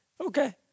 Okay